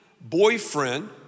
boyfriend